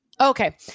Okay